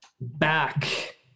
back